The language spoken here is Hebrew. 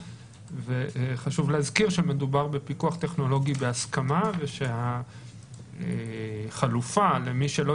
וחשוב להזכיר שמדובר בפיקוח טכנולוגי בהסכמה ושהחלופה למי שלא